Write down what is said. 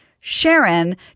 Sharon